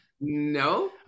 No